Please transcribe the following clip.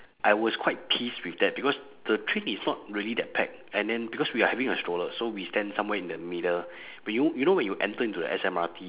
I was quite pissed with that because the train is not really that packed and then because we are having a stroller so we stand somewhere in the middle when you you know when you enter into the S_M_R_T